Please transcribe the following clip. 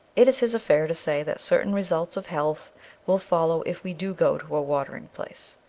it is his affair to say that certain results of health will follow if we do go to a watering place.